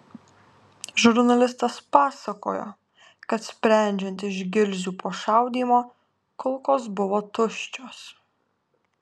žurnalistas pasakojo kad sprendžiant iš gilzių po šaudymo kulkos buvo tuščios